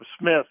smith